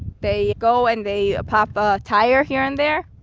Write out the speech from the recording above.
they go and they ah pop ah a tyre here and there.